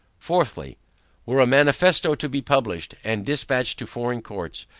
fourthly were a manifesto to be published, and despatched to foreign courts,